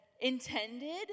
intended